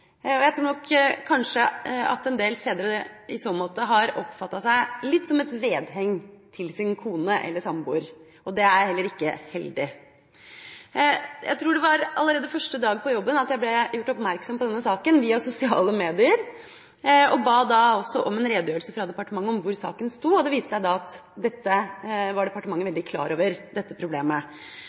Jeg tror nok kanskje at en del fedre i så måte har oppfattet seg litt som et vedheng til sin kone eller samboer. Det er heller ikke heldig. Jeg tror det var allerede første dag på jobben at jeg ble gjort oppmerksom på denne saken via sosiale medier, og jeg ba da også om en redegjørelse fra departementet om hvor saken sto. Det viste seg da at departementet var veldig klar over dette problemet.